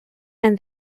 and